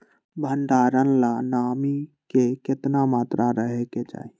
भंडारण ला नामी के केतना मात्रा राहेके चाही?